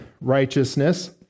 righteousness